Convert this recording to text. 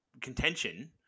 Contention